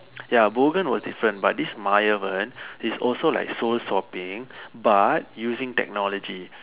ya Bogan: pookan were different but this Maayavan he's also like soul swapping but using technology